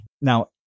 Now